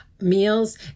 meals